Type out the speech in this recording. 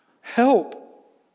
Help